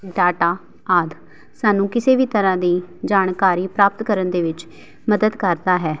data ਆਦਿ ਸਾਨੂੰ ਕਿਸੇ ਵੀ ਤਰ੍ਹਾਂ ਦੀ ਜਾਣਕਾਰੀ ਪ੍ਰਾਪਤ ਕਰਨ ਦੇ ਵਿੱਚ ਮਦਦ ਕਰਦਾ ਹੈ